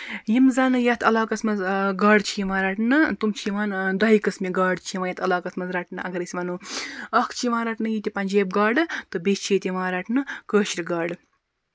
یِم زَن یَتھ علاقَس منٛز گاڈٕ چھِ یِوان رَٹنہٕ تِم چھِ یِوان دۄیہِ قٔسمہٕ گاڈٕ چھِ یِوان یَتھ علاقَس منٛز رَٹنہٕ اَگر أسۍ وَنو اکھ چھِ یِوان رَٹنہٕ ییٚتہِ پَنجٲبۍ گاڈٕ تہٕ بیٚیہِ چھِ ییٚتہِ یِوان رَٹنہٕ کٲشرِ گاڈٕ